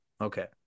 Okay